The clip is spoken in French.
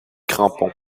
crampons